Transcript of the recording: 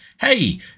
hey